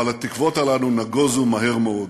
אבל התקוות האלה נגוזו מהר מאוד.